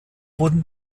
wurden